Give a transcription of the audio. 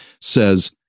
says